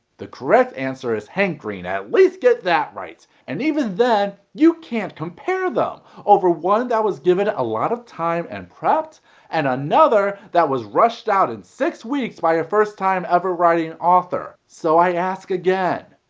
the correct answer is hank green at least get that right, right, and even then you can't compare them over one that was given a lot of time and prep and another that was rushed out in six weeks by a first time ever writing author. so i ask again,